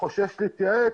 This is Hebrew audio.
שחושש להתייעץ,